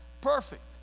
perfect